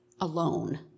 alone